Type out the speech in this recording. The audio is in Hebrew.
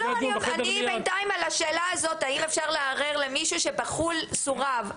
אני בינתיים על השאלה הזאת האם אפשר לערער למישהו שבחו"ל סורב?